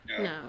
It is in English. No